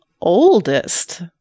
oldest